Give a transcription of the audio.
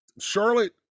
Charlotte